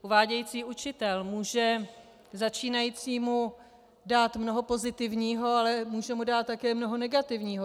Uvádějící učitel může začínajícímu dát mnoho pozitivního, ale může mu dát také mnoho negativního.